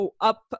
up